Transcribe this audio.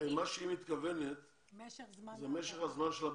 מה שאת מתכוונת זה למשך זמן הבדיקה.